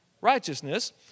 Righteousness